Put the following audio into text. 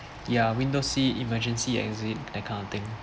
ya window seat emergency exit that kind of thing